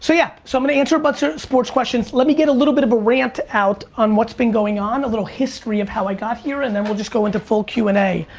so, yeah, so i'm gonna answer a bunch of sports questions. let me get a little bit of a rant out on what's been going on, a little history of how i got here, and then we'll just go into full q and a.